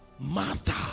matter